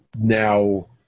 Now